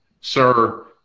sir